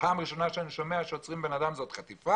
פעם ראשונה שאני שומע שעוצרים בן אדם וזאת חטיפה.